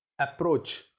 approach